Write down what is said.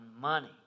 money